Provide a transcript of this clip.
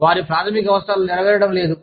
వారి ప్రాథమిక అవసరాలు నెరవేరడం లేదు